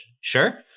sure